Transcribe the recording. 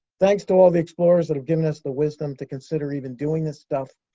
thanks to all the explorers that have given us the wisdom to consider even doing this stuff.